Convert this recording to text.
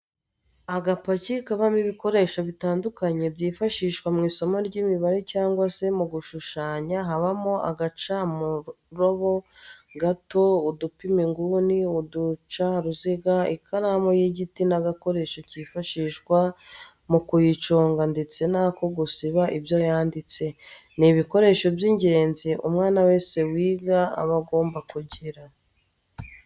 Agapaki kabamo ibikoresho bitandukanye byifashishwa mu isomo ry'imibare cyangwa se mu gushushanya habamo agacamurobo gato, udupima inguni, uducaruziga ikaramu y'igiti n'agakoresho kifashishwa mu kuyiconga ndetse n'ako gusiba ibyo yanditse, ni ibikoresho by'ingenzi umwana wese wiga aba agomba kugira.